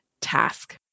task